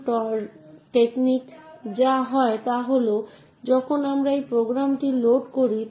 তৈরি করতে পারেন বিষয় বস্তু বিষয়কে ধ্বংস করা এবং বস্তুকে ধ্বংস করা এখন এই প্রক্রিয়াটির উপর ভিত্তি করে